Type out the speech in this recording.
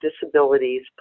disabilities